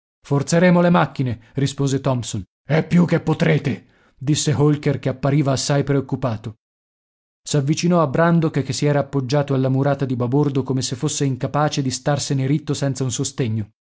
forzeremo le macchine rispose tompson e più che potrete disse holker che appariva assai preoccupato s'avvicinò a brandok che si era appoggiato alla murata di babordo come se fosse incapace di starsene ritto senza un sostegno